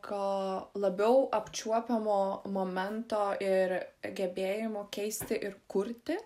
ko labiau apčiuopiamo momento ir gebėjimo keisti ir kurti